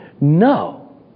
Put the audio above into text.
no